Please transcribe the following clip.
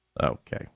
Okay